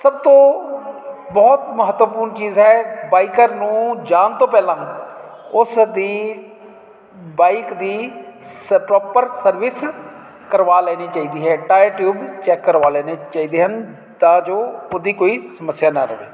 ਸਭ ਤੋਂ ਬਹੁਤ ਮਹੱਤਵਪੂਰਨ ਚੀਜ਼ ਹੈ ਬਾਈਕਰ ਨੂੰ ਜਾਣ ਤੋਂ ਪਹਿਲਾਂ ਉਸ ਦੀ ਬਾਈਕ ਦੀ ਸ ਪ੍ਰੋਪਰ ਸਰਵਿਸ ਕਰਵਾ ਲੈਣੀ ਚਾਹੀਦੀ ਹੈ ਟਾਈਰ ਟਿਊਬ ਚੈੱਕ ਕਰਵਾ ਲੈਣੇ ਚਾਹੀਦੇ ਹਨ ਤਾਂ ਜੋ ਉਹਦੀ ਕੋਈ ਸਮੱਸਿਆ ਨਾ ਰਹੇ